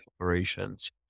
operations